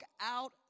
out